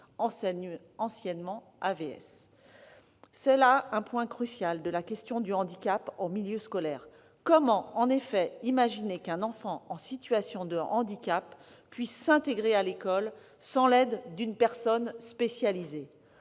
vie scolaire. C'est là un point crucial de la question du handicap en milieu scolaire. En effet, comment imaginer qu'un enfant en situation de handicap puisse s'intégrer à l'école sans l'aide d'une personne spécialisée ?